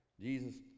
Jesus